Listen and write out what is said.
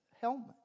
helmet